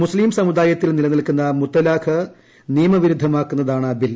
മുസ്തീം സമുദായത്തിൽ നിലനിൽക്കുന്ന മുത്ത്ലാഖ് നിയമവിരുദ്ധമാക്കുന്നതാണ് ബിൽ